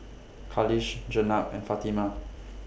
Khalish Jenab and Fatimah